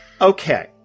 Okay